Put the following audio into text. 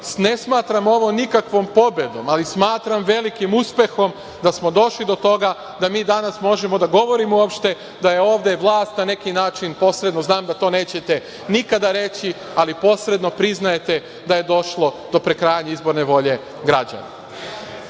Ne smatram ovo nikakvom pobedom, ali smatram velikim uspehom da smo došli do toga da mi danas možemo da govorimo uopšte da je ovde vlast na neki način posredno, znam da to nećete nikada reći, ali posredno priznajete da je došlo do prekrajanja izborne volje građana. Dakle,